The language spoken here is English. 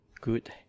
good